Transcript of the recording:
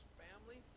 family